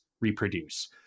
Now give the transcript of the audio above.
reproduce